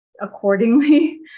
accordingly